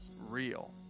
real